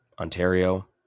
Ontario